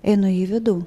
einu į vidų